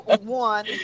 one